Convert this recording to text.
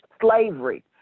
slavery